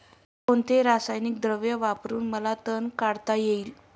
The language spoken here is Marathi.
कोणते रासायनिक द्रव वापरून मला तण काढता येईल?